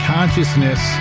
Consciousness